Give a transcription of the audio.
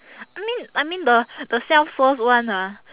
I mean I mean the the self source [one] ah